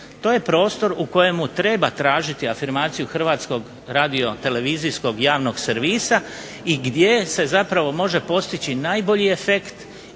To je prostor u kojemu treba tražiti afirmaciju hrvatskog radiotelevizijskog javnog servisa i gdje se može postići najbolji efekt